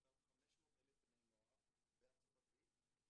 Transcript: שנעשה על 500,000 בני נוער בארצות הברית,